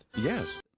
Yes